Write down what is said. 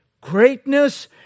greatness